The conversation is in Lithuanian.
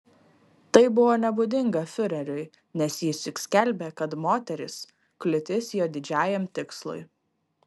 tai buvo nebūdinga fiureriui nes jis juk skelbė kad moterys kliūtis jo didžiajam tikslui